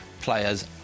Players